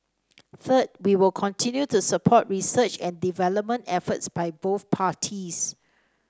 third we will continue to support research and development efforts by both parties